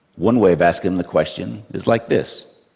one way of asking them the question is like this